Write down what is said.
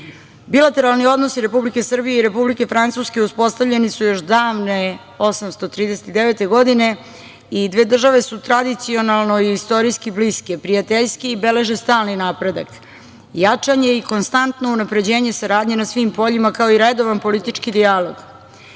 Bilateralni odnosi Republike Srbije i Republike Francuska uspostavljeni su još davne 1839. godine i dve države su tradicionalno i istorijski bliske, prijateljske i beleže stalni napredak. Jačanje i konstantno unapređivanje saradnje na svim poljima, kao i redovan politički dijalog.